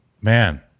man